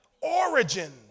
origin